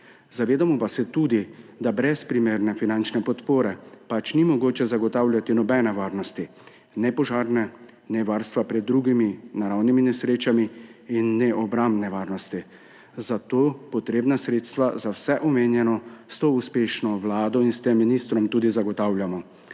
Zavedamo pa se tudi, da brez primerne finančne podpore pač ni mogoče zagotavljati nobene varnosti, ne požarne ne varstva pred drugimi naravnimi nesrečami in ne obrambne varnosti. Zato potrebna sredstva za vse omenjeno s to uspešno vlado in s tem ministrom tudi zagotavljamo.